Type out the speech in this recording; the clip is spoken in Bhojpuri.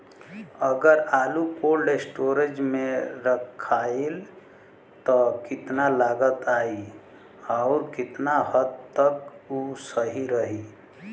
अगर आलू कोल्ड स्टोरेज में रखायल त कितना लागत आई अउर कितना हद तक उ सही रही?